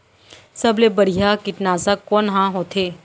सबले बढ़िया कीटनाशक कोन ह होथे?